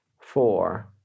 four